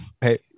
Hey